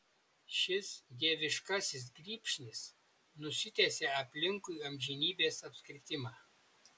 šis dieviškasis grybšnis nusitęsia aplinkui amžinybės apskritimą